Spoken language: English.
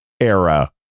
era